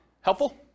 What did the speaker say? Helpful